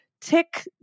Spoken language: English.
Tick